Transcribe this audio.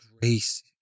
grace